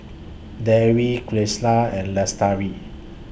Dewi Qalisha and Lestari